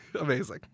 Amazing